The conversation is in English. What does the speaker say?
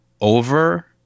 over